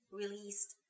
released